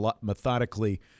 methodically